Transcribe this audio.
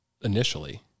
initially